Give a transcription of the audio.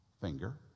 finger